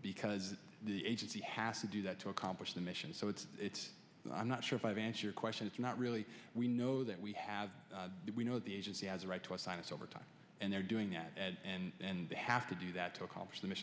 because the agency has to do that to accomplish the mission so it's it's i'm not sure if i've answered your question it's not really we know that we have we know the agency has a right to assign its overtime and they're doing that and have to do that to accomplish the mission